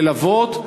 ללוות,